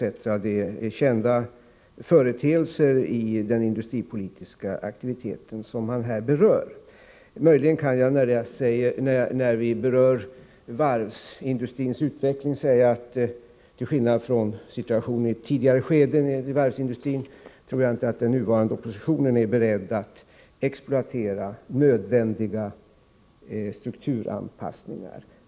— det är kända företeelser i den industripolitiska aktiviteten som han här berör. När vi talar om varvsindustrins utveckling kan jag möjligen säga att jag inte tror att den nuvarande oppositionen, till skillnad från oppositionen i tidigare skeden, är beredd att politiskt exploatera nödvändiga strukturanpassningar.